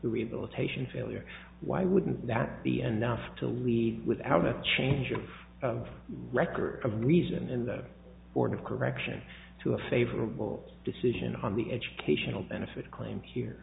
rehabilitation failure why wouldn't that be enough to lead without a change of of record of reason in the order of correction to a favorable decision on the educational benefit claim here